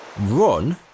run